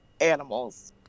animals